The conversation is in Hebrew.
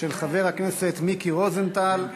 של חבר הכנסת מיקי רוזנטל.